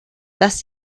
dass